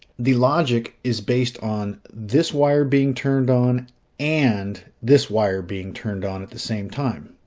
the logic is based on this wire being turned on and this wire being turned on at the same time.